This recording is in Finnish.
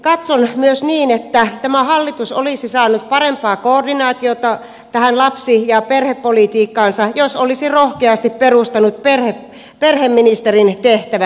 katson myös niin että tämä hallitus olisi saanut parempaa koordinaatiota tähän lapsi ja perhepolitiikkaansa jos olisi rohkeasti perustanut perheministerin tehtävän